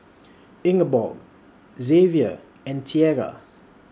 Ingeborg Zavier and Tiera